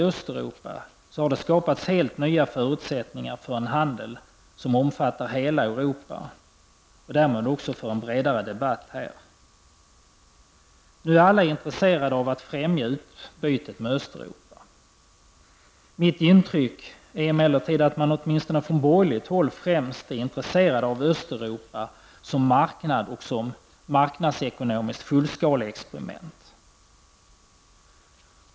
Östeuropa har det skapats helt nya förutsättningar för en handel som omfattar hela Europa, och därmed också för en bredare debatt här. Nu är alla intresserade av att främja utbytet med Östeuropa. Mitt intryck är emellertid att man åtminstone från borgerligt håll främst är intresserad av Östeuropa som marknad och som marknadsekonomiskt fullskalexperiment.